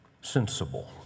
Sensible